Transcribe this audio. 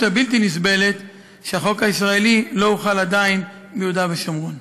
הבלתי-נסבלת שהחוק הישראלי לא הוחל עדיין ביהודה ושומרון.